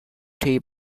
tea